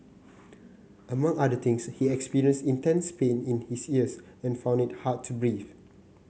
among other things he experienced intense pain in his ears and found it hard to breathe